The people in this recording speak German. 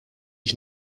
ich